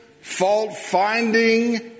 fault-finding